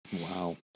Wow